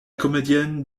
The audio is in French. comédienne